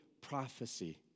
prophecy